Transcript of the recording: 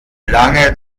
lange